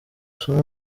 asoma